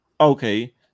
Okay